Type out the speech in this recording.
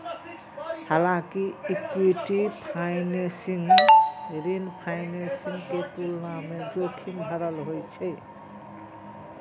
हालांकि equity financing ऋण financing के तुलना मे जोखिम भरल होइ छै